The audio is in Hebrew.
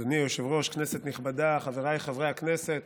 היושב-ראש, כנסת נכבדה, חבריי חברי הכנסת,